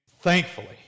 thankfully